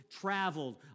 traveled